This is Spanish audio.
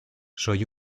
soy